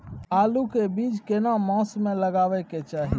आलू के बीज केना मास में लगाबै के चाही?